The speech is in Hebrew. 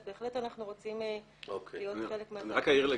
אז בהחלט אנחנו רוצים להיות חלק מהתהליך.